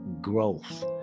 growth